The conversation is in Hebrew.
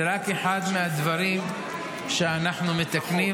זה רק אחד מהדברים שאנחנו מתקנים,